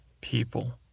people